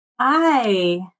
Hi